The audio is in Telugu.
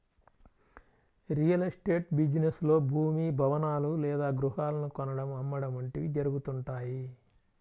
రియల్ ఎస్టేట్ బిజినెస్ లో భూమి, భవనాలు లేదా గృహాలను కొనడం, అమ్మడం వంటివి జరుగుతుంటాయి